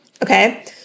Okay